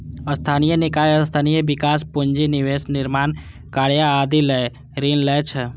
स्थानीय निकाय स्थानीय विकास, पूंजी निवेश, निर्माण कार्य आदि लए ऋण लै छै